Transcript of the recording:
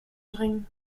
drängen